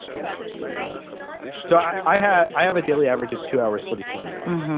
let's see so i i have i have a daily average of two hours forty two minutes.